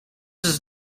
does